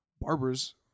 barbers